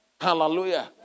Hallelujah